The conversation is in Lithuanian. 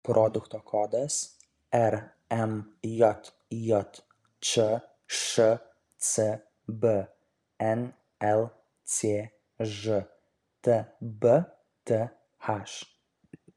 produkto kodas rmjj čšcb nlcž tbth